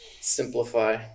Simplify